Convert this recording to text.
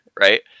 right